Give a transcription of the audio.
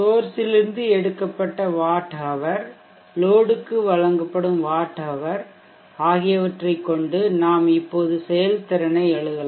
சோர்சிலிருந்து எடுக்கப்பட்டவாட் ஹவர் லோடுக்கு வழங்கப்படும் வாட் ஹவர் ஆகியவற்றைக் கொண்டு நாம் இப்போது செயல்திறனை எழுதலாம்